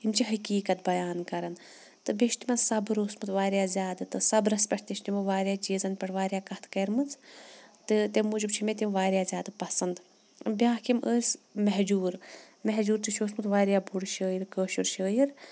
یِم چھِ حقیٖقت بیان کَران تہٕ بیٚیہِ چھُ تِمَن صبر اوسمُت واریاہ زیادٕ تہٕ صبرَس پٮ۪ٹھ تہِ چھِ تِمو واریاہ چیٖزَن پٮ۪ٹھ واریاہ کَتھٕ کَرِمَژٕ تہٕ تمہِ موٗجوٗب چھِ مےٚ تِم واریاہ زیادٕ پَسنٛد بیٛاکھ یِم ٲسۍ مہجوٗر مہجوٗر تہِ چھِ اوسمُت واریاہ بوٚڑ شٲعر کٲشُر شٲعر